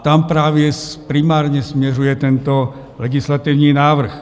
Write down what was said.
Tam právě primárně směřuje tento legislativní návrh.